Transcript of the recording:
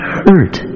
hurt